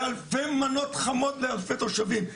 ואלפי מנות חמות לאלפי תושבים.